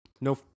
no